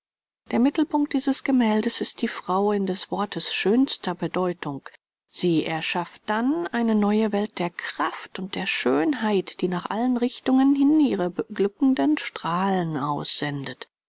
der mittelpunkt dieses gemäldes ist die frau in des wortes schönster bedeutung sie erschafft dann eine neue welt der kraft und der schönheit die nach allen richtungen hin ihre beglückenden strahlen aussendet